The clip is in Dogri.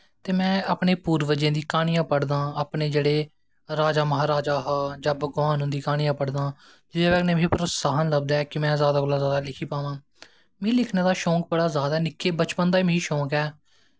ते में अपनें पुरबज़ें दियां क्हानियां पढ़दां अपने जेह्ड़े राजा महाराजा हे जां भगवान उं'दियां क्हानियां पढ़दा हां ते इ'यां मिगी प्रोत्साह्न लब्भदा ऐ कि में जैदा कशा दा जैदा लिखी पावां मिगी लिखनें दा शौक बड़ा जैदा मिगी बचपन दा गै बड़ा जैदा ऐ